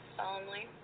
solemnly